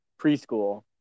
preschool